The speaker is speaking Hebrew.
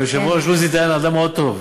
היושב-ראש עוזי דיין הוא אדם מאוד טוב.